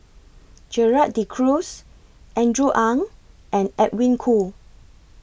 Gerald De Cruz Andrew Ang and Edwin Koo